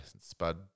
Spud